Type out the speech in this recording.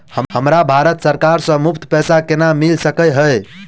हमरा भारत सरकार सँ मुफ्त पैसा केना मिल सकै है?